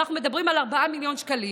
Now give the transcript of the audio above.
אנחנו מדברים על 4 מיליון שקלים